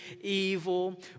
evil